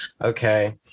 okay